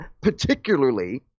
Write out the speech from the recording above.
Particularly